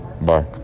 Bye